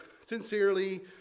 sincerely